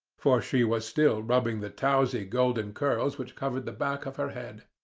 for she was still rubbing the towsy golden curls which covered the back of her head.